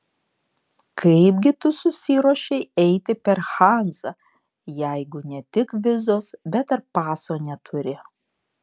kaip gi tu susiruošei eiti per hanzą jeigu ne tik vizos bet ir paso neturi